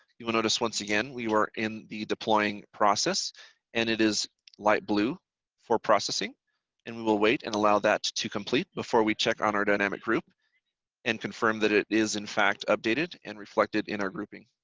you will notice once again we were in the deploying process and it is light blue for processing and we will wait and allow that to complete before we check on our dynamic group and confirm that it is in fact updated and reflected in our grouping.